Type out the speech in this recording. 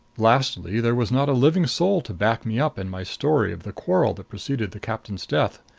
lastly, there was not a living soul to back me up in my story of the quarrel that preceded the captain's death,